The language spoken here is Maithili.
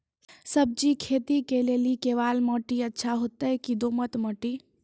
सब्जी खेती के लेली केवाल माटी अच्छा होते की दोमट माटी?